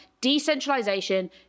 decentralization